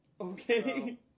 okay